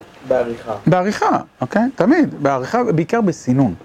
בעריכה, אוקיי? תמיד, בעריכה ובעיקר בסינון.